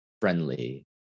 friendly